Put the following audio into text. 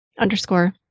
underscore